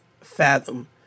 fathom